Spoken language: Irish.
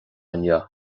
inniu